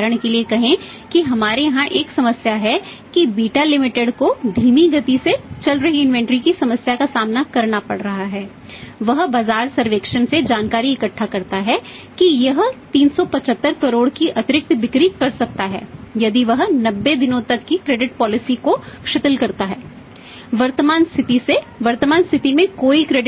उदाहरण के लिए कहें कि हमारे यहाँ एक समस्या है कि बीटा लिमिटेड को धीमी गति से चल रही इन्वेंट्री